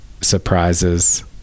surprises –